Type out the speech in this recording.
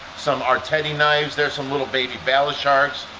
some artedi knives, there's some little baby bala sharks,